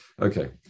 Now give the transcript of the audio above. Okay